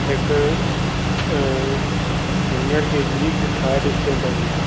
हिकु junior K G हिकु third standard में आहे